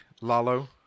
Lalo